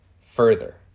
further